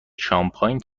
شامپاین